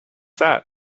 that